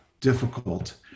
difficult